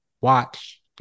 watch